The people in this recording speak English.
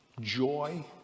joy